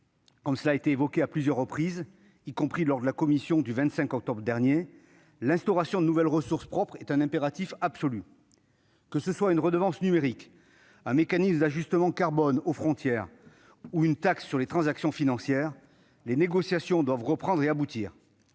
comme cela a été réaffirmé à plusieurs reprises, y compris en commission des finances le 27 octobre dernier, l'instauration de nouvelles ressources propres est un impératif absolu. Qu'il s'agisse d'une redevance numérique, d'un mécanisme d'ajustement carbone aux frontières ou d'une taxe sur les transactions financières, les négociations doivent reprendre et aboutir.